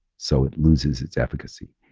so it loses its efficacy.